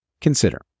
Consider